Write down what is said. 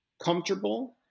comfortable